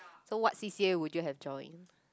so what C_C_A would you have joined